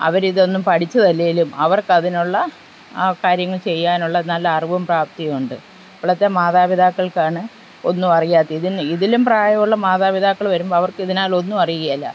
അവരിതൊന്നും പഠിച്ചതല്ലെങ്കിലും അവർക്കതിനുള്ള ആ കാര്യങ്ങൾ ചെയ്യാനുള്ള നല്ല അറിവും പ്രാപ്തിയും ഉണ്ട് ഇപ്പോഴത്തെ മാതാപിതാക്കൾക്കാണ് ഒന്നും അറിയാത്ത ഇതിന് ഇതിലും പ്രായമുള്ള മാതാപിതാക്കൾ വരുമ്പം അവർക്ക് ഇതിനാലൊന്നും അറിയുകയില്ല